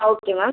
okay ma'am